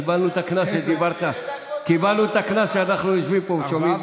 קיבלנו את הקנס שאנחנו יושבים פה ושומעים.